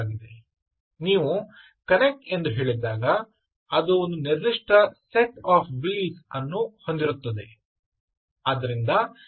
ಆದ್ದರಿಂದ ನೀವು 'ಕನೆಕ್ಟ್' ಎಂದು ಹೇಳಿದಾಗ ಅದು ಒಂದು ನಿರ್ದಿಷ್ಟ ಸೆಟ್ ಆಫ್ ವೀಲ್ಸ್ ಅನ್ನು ಹೊಂದಿರುತ್ತದೆ